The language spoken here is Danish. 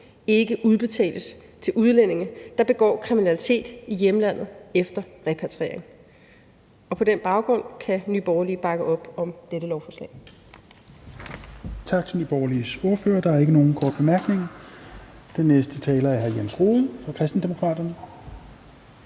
ikke udbetales til udlændinge, der begår kriminalitet i hjemlandet efter repatriering. På den baggrund kan Nye Borgerlige bakke op om dette lovforslag.